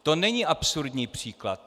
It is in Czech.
To není absurdní příklad.